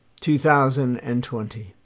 2020